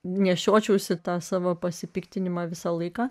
nešiočiausi tą savo pasipiktinimą visą laiką